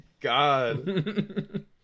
god